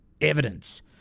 evidence